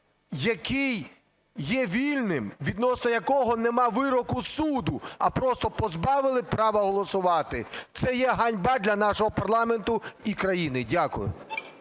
який є вільним, відносно якого нема вироку суду, а просто позбавили права голосувати! Це є ганьба для нашого парламенту і країни. Дякую.